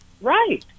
Right